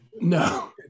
No